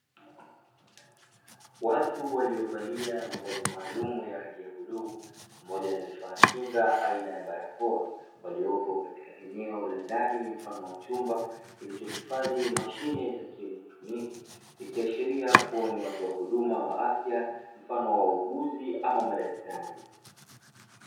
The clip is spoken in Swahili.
Watu waliovalia mavazi maalum ya rangi ya bluu pamoja na vifaa kinga aina ya barakoa waliopo katika eneo la ndani mfano wa uchumba kilichohifadhi mashine za kielektroniki. Ikiashiria kuwa ni watu wa huduma wa afya mfano wa uuguzi ama madaktari.